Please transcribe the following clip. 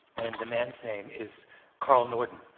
and the man's name is carl norden.